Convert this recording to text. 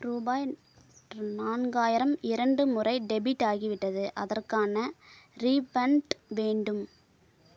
ரூபாய் நான்காயிரம் இரண்டு முறை டெபிட் ஆகிவிட்டது அதற்கான ரீபண்ட் வேண்டும்